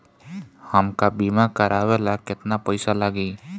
हमका बीमा करावे ला केतना पईसा लागी?